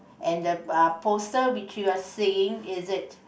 and the uh poster which you are seeing is it